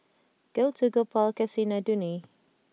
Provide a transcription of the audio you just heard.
Gouthu Gopal and Kasinadhuni